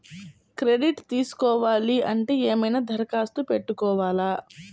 Credit తీసుకోవాలి అంటే ఏమైనా దరఖాస్తు పెట్టుకోవాలా?